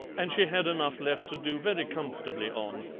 and she had enough left to do very comfortably on.